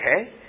okay